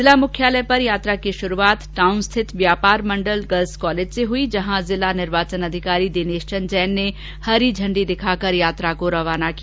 जिला मुख्यालय पर यात्रा की शुरूआत टाउन स्थित व्यापार मंडल गर्ल्स कॉलेज से हुई जहां जिला निर्वाचन अधिकारी दिनेश चंद जैन ने हरी झंडी दिखाकर यात्रा को रवाना किया